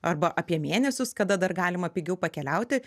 arba apie mėnesius kada dar galima pigiau pakeliauti